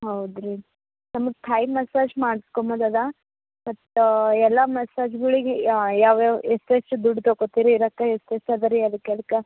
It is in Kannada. ಹೌದು ರೀ ನಮ್ಗೆ ಥಾಯ್ ಮಸಾಜ್ ಮಾಡ್ಸ್ಕೊಂಬುದು ಅದ ಮತ್ತೆ ಎಲ್ಲ ಮಸಾಜ್ಗಳಿಗ್ ಯಾವ ಯಾವ ಎಷ್ಟು ಎಷ್ಟು ದುಡ್ಡು ತಗೋತೀರಿ ರೊಕ್ಕ ಎಷ್ಟು ಎಷ್ಟು ಅದ ರೀ ಅದ್ಕೆ ಅದ್ಕೆ